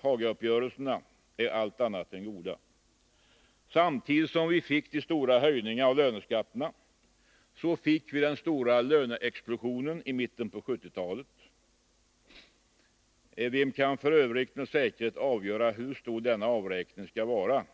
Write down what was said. Hagauppgörelserna är allt annat än goda. Samtidigt med de stora höjningarna av löneskatterna fick vi den stora löneexplosionen i mitten på 1970-talet. Vem kan f. ö. med säkerhet avgöra hur stor denna avräkning skall vara?